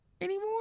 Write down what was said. anymore